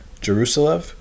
Jerusalem